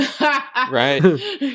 right